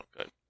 Okay